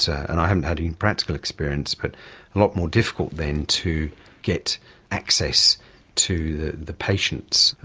so and i haven't had any practical experience, but a lot more difficult then to get access to the the patients,